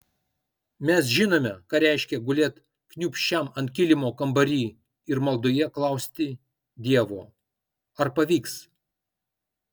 mes žinome ką reiškia gulėt kniūbsčiam ant kilimo kambary ir maldoje klausti dievo ar pavyks